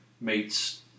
meets